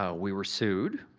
yeah we were sued.